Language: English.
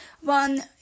One